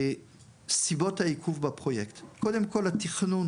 סיבות העיכוב בפרויקט, קודם כל התכנון.